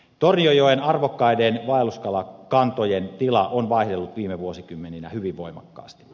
tornionjoen arvokkaiden vaelluskalakantojen tila on vaihdellut viime vuosikymmeninä hyvin voimakkaasti